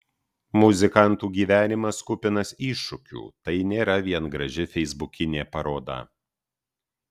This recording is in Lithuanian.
muzikantų gyvenimas kupinas iššūkių tai nėra vien graži feisbukinė paroda